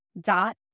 dot